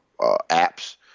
apps